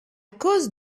cause